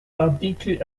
artikel